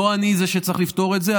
לא אני זה שצריך לפתור את זה,